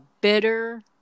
bitter